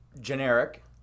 generic